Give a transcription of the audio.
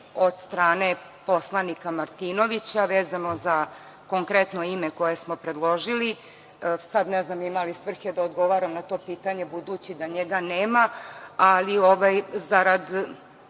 od strane poslanika Martinovića, vezano za konkretno ime koje smo predložili. Ne znam da li ima svrhe da odgovaram na to pitanje, budući da njega nema, ali zarad